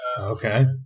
Okay